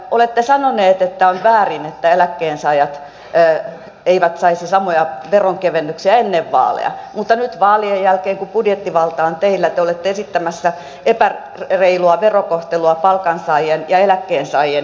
olette sanonut että on väärin että eläkkeensaajat eivät saisi samoja veronkevennyksiä ennen vaaleja mutta nyt vaalien jälkeen kun budjettivalta on teillä te olette esittämässä epäreilua verokohtelua palkansaajien ja eläkkeensaajien välillä